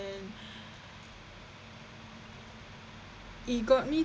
it got me